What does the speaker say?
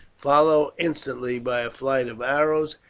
followed instantly by a flight of arrows,